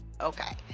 okay